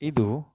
ಇದು